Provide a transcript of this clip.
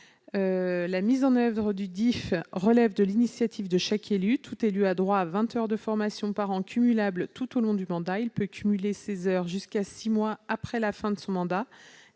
La mise en oeuvre du DIF relève de l'initiative de chaque élu. Tout élu a droit à vingt heures de formation par an, cumulables tout au long du mandat. Il peut mobiliser ces heures jusqu'à six mois après la fin de son mandat.